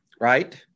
Right